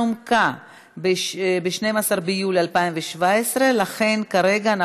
החוקה, חוק ומשפט להכנתה לקריאה ראשונה.